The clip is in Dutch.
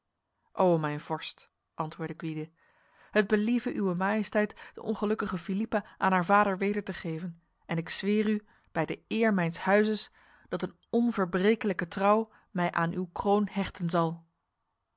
o mijn vorst antwoordde gwyde het believe uwe majesteit de ongelukkige philippa aan haar vader weder te geven en ik zweer u bij de eer mijns huizes dat een onverbrekelijke trouw mij aan uw kroon hechten zal